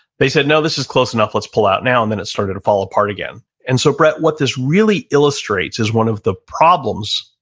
they said, no, this is close enough. let's pull out now, and then it started to fall apart again and so, brett, what this really illustrates is one of the problems,